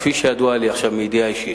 כפי שידוע לי עכשיו מידיעה אישית,